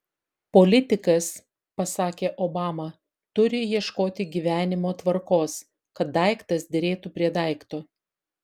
politikas pasakė obama turi ieškoti gyvenimo tvarkos kad daiktas derėtų prie daikto